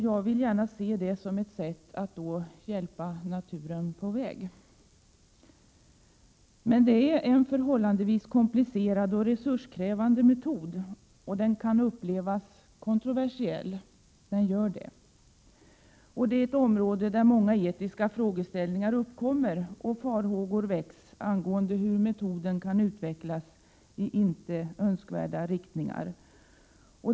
Jag ser gärna detta som ett sätt att hjälpa naturen på väg. Det är en förhållandevis komplicerad och resurskrävande metod. Den kan upplevas som kontroversiell. Detta är ett område där många etiska frågeställningar uppkommer och farhågor väcks angående hur metoden kan utvecklas i icke önskvärda riktningar.